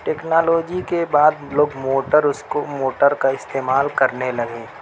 technology کے بعد لوگ موٹر اس کو موٹر کا استعمال کرنے لگے